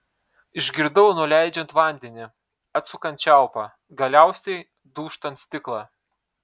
išgirdau nuleidžiant vandenį atsukant čiaupą galiausiai dūžtant stiklą